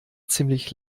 ziemlich